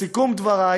בסיום דברי